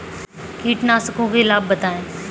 कीटनाशकों के लाभ बताएँ?